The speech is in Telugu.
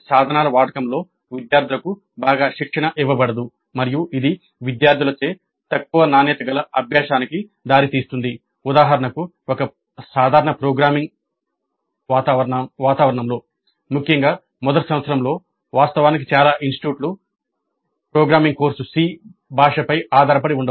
ఈ సాధనాల వాడకంలో విద్యార్థులకు బాగా శిక్షణ ఇవ్వబడదు మరియు ఇది విద్యార్థులచే తక్కువ నాణ్యత గల అభ్యాసానికి దారితీస్తుంది